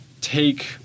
take